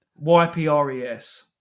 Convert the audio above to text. Y-P-R-E-S